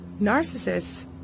narcissists